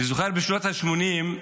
אני זוכר שבשנות השמונים,